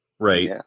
Right